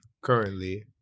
currently